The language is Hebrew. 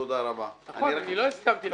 תודה רבה." נכון, לא הסכמתי לזה.